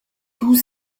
tous